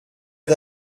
est